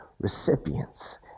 recipients